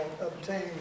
obtain